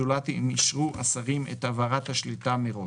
זולת אם אישרו השרים את העברת השליטה מראש.